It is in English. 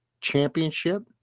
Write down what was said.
Championship